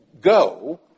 go